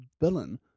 villain